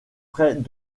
près